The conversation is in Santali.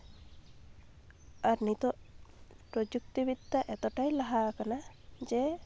ᱟᱨ ᱱᱤᱛᱳᱜ ᱯᱨᱚᱡᱩᱠᱛᱤ ᱵᱤᱫᱽᱫᱟ ᱮᱛᱚᱴᱟᱭ ᱞᱟᱦᱟ ᱠᱟᱱᱟ ᱡᱮ